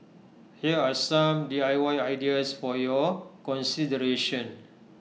here are some D I Y ideas for your consideration